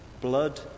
blood